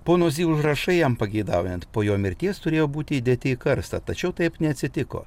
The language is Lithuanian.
pono zy užrašai jam pageidaujant po jo mirties turėjo būti įdėti į karstą tačiau taip neatsitiko